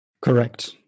Correct